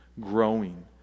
growing